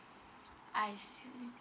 I see